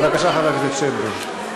בבקשה, חבר הכנסת שטבון.